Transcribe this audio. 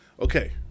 okay